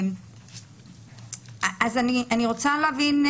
אני רוצה להבין,